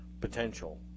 potential